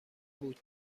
بود